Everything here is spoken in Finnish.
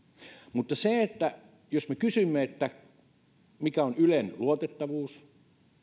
mutta jos me kysymme mikä on ylen luotettavuus